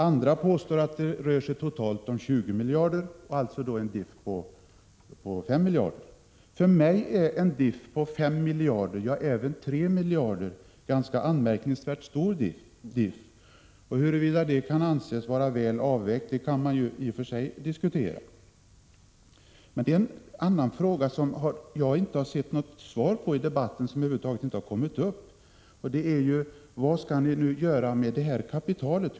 Andra påstår att det rör sig om 20 miljarder totalt, vilket innebär en differens på 5 miljarder. För mig är en differens på 5 miljarder, ja även på 3, anmärkningsvärt stor, och huruvida det kan anses vara väl avvägt kan man diskutera. En annan fråga som jag inte sett något svar på i debatten och som över huvud taget inte kommit upp är: Vad skall ni göra med kapitalet?